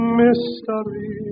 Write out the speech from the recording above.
mystery